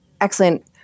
excellent